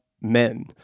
men